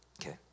Okay